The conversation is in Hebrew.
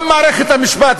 גם מערכת המשפט,